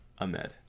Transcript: Ahmed